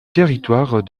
territoire